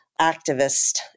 activist